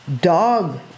dog